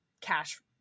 cash